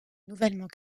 nouvellement